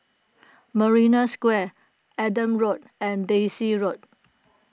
Marina Square Adam Road and Daisy Road